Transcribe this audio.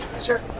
Sure